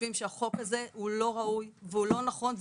חושבים שהחוק הזה הוא לא ראוי והוא לא נכון,